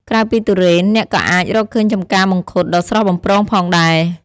ក្រៅពីទុរេន អ្នកក៏អាចរកឃើញចម្ការមង្ឃុតដ៏ស្រស់បំព្រងផងដែរ។